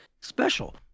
special